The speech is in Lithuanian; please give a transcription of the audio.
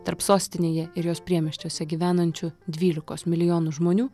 tarp sostinėje ir jos priemiesčiuose gyvenančių dvylikos milijonų žmonių